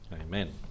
amen